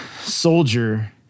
soldier